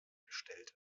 gestellt